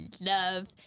love